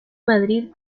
madrid